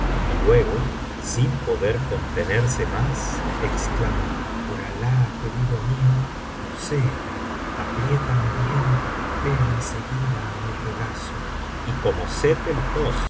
y luego sin poder contenerse más es clamó por alah querido mío poséeme apriétame bien ven en seguida á mi regazo y como sett